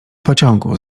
pociągu